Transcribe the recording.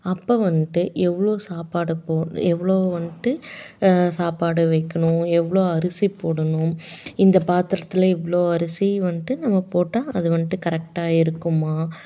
அப்போ வந்துட்டு எவ்வளோ சாப்பாடு எவ்வளோ வந்துட்டு சாப்பாடு வைக்கணும் எவ்வளோ அரிசி போடணும் இந்த பாத்திரத்தில் இவ்வளோ அரிசி வந்துட்டு நம்ம போட்டால் அது வந்துட்டு கரெக்டாக இருக்குமா